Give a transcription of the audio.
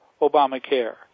Obamacare